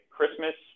Christmas